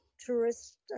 tourist